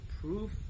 proof